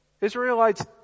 Israelites